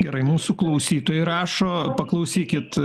gerai mūsų klausytojai rašo paklausykit